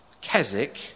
Keswick